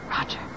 Roger